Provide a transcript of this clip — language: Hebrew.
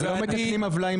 לא מתקנים עוולה עם